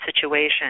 situation